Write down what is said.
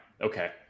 Okay